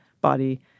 body